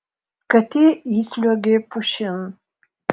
katė įsliuogė pušin